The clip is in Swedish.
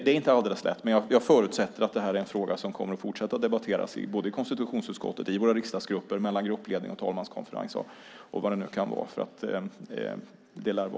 Jag förutsätter att detta är en fråga som kommer att fortsätta debatteras i både konstitutionsutskottet, i våra riksdagsgrupper, mellan gruppledning och talmanskonferens och vad det nu kan vara.